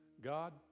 God